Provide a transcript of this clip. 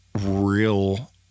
real